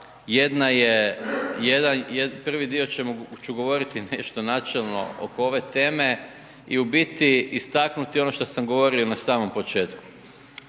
jedna je, prvi dio ću govoriti nešto načelno oko ove teme i u biti istaknuti ono što sam govorio i na samom početku.